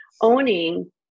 owning